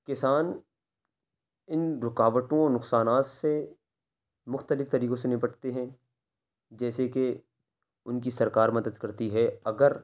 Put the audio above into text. کسان ان رکاٹوں اور نقصانات سے مختلف طریقوں سے نپٹتے ہیں جیسے کہ ان کی سرکار مدد کرتی ہے اگر